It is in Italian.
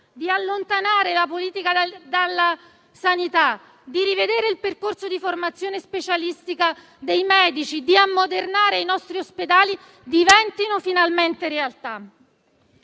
di allontanamento della politica dalla sanità, di revisione del percorso di formazione specialistica dei medici, di ammodernamento dei nostri ospedali diventino finalmente realtà.